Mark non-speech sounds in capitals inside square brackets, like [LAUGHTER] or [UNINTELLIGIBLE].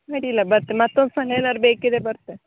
ಅಡ್ಡಿಲ್ಲ ಬರ್ತೆ ಮತ್ತೊಂದು [UNINTELLIGIBLE] ಏನಾರೂ ಬೇಕಿದ್ದರೆ ಬರ್ತೆ